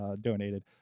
donated